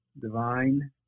divine